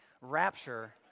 Rapture